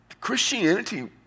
Christianity